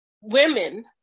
women